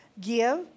give